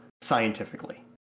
scientifically